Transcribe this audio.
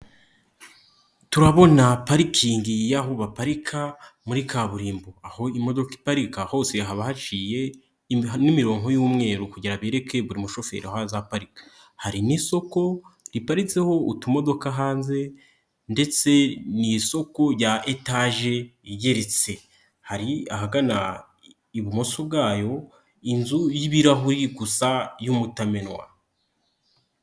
Turabona parikingi y'aho baparika muri kaburimbo, aho imodoka iparika hose haba haciyemo imirongo y'umweru kugira bereke buri mushoferi aho azaparika, hari n'isoko riparitseho utumodoka hanze ndetse ni isoko rya etaje igeretse, hari ahagana ibumoso bwayo inzu y'ibirahuri gusa y'umutamenwa.